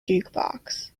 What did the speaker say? jukebox